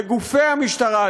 לגופי המשטרה,